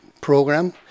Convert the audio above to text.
program